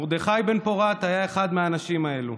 מרדכי בן-פורת היה אחד מהאנשים האלה.